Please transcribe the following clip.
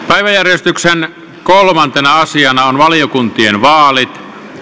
päiväjärjestyksen kolmantena asiana on valiokuntien vaalit